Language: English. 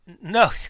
No